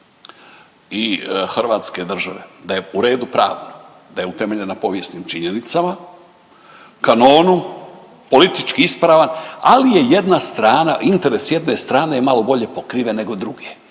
i hrvatske države da je u redu pravno, da je utemeljen na povijesnim činjenicama, kanonu, politički ispravan, ali je jedna strana, interes jedne strane je malo bolje pokriven nego druge.